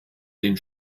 den